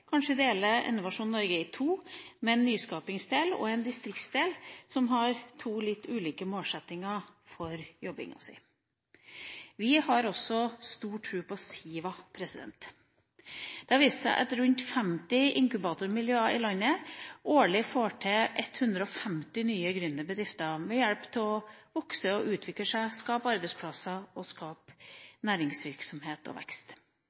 kanskje dele Innovasjon Norge i to, i en nyskapingsdel og en distriktsdel, som har to litt ulike målsettinger for jobbinga si. Vi har også stor tro på SIVA. Det har vist seg at rundt 50 inkubatormiljøer i landet årlig gir 150 nye gründerbedrifter hjelp til å vokse og utvikle seg, skape arbeidsplasser og skape næringsvirksomhet og vekst.